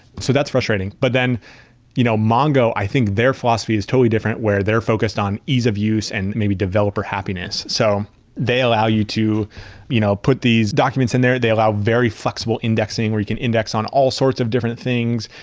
so that's frustrating. but then you know mongo, i think their philosophy is totally different, where they're focused on ease-of use and maybe developer happiness. so they allow you to you know put these documents in there. they allow very flexible indexing where you can index on all sorts of different things.